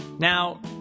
Now